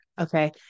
okay